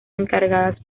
encargadas